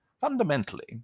Fundamentally